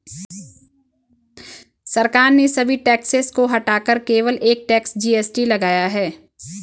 सरकार ने सभी टैक्सेस को हटाकर केवल एक टैक्स, जी.एस.टी लगाया है